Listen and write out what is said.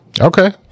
Okay